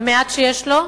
את המעט שיש לו.